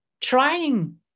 trying